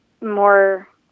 more